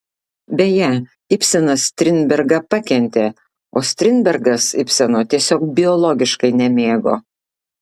beje ibsenas strindbergą pakentė o strindbergas ibseno tiesiog biologiškai nemėgo